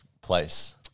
place